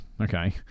okay